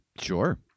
Sure